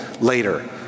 later